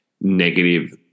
negative